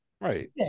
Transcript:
Right